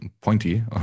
pointy